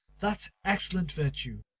that excellent virtue!